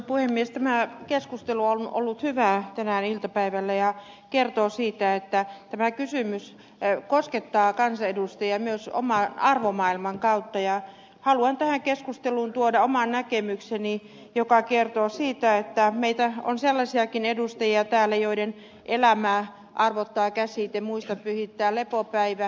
tämä keskustelu on ollut hyvää tänään iltapäivällä ja kertoo siitä että tämä kysymys koskettaa kansanedustajia myös oman arvomaailman kautta ja haluan tähän keskusteluun tuoda oman näkemykseni joka kertoo siitä että meitä on sellaisiakin edustajia täällä joiden elämää arvottaa käsite muista pyhittää lepopäivä